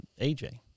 AJ